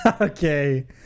okay